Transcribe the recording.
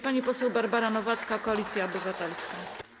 Pani poseł Barbara Nowacka, Koalicja Obywatelska.